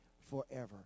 forever